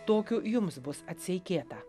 tokiu jums bus atseikėta